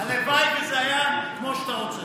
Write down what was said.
הלוואי וזה היה כמו שאתה רוצה,